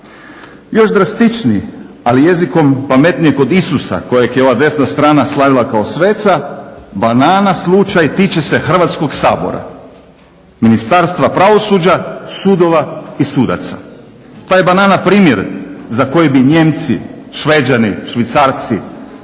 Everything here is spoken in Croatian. Još drastičniji, ali jezikom pametnijeg od Isusa kojeg je ova desna strana slavila kao sveca, banana slučaj tiče se Hrvatskog sabora, Ministarstva pravosuđa, sudova i sudaca. Taj banana primjer za koji bi Nijemci, Šveđani, Švicarci,